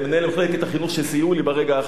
מחלקת החינוך שסייעו לי ברגע האחרון,